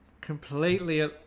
Completely